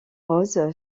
rose